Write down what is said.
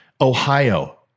Ohio